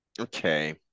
okay